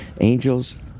Angels